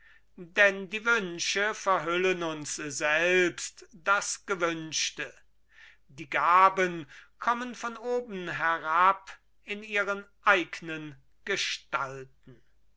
denn die wünsche verhüllen uns selbst das gewünschte die gaben kommen von oben herab in ihren eignen gestalten